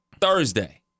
Thursday